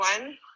one